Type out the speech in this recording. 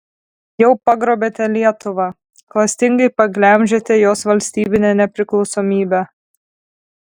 jau pagrobėte lietuvą klastingai paglemžėte jos valstybinę nepriklausomybę